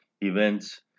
events